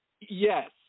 Yes